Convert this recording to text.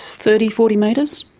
thirty, forty metres.